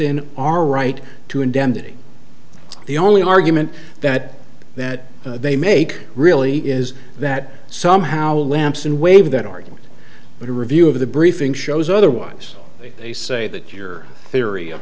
in our right to indemnity the only argument that that they make really is that somehow lampson waive that argument but a review of the briefing shows otherwise they say that your theory of